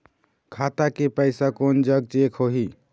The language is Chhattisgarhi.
खाता के पैसा कोन जग चेक होही?